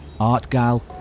Artgal